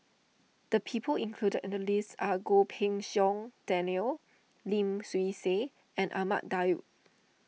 the people included in the list are Goh Pei Siong Daniel Lim Swee Say and Ahmad Daud